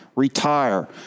Retire